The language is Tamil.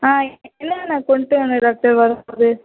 ஆ இல்லை இல்லை கொண்ட்டு வந்துடுறன் டாக்டர் வரும்போது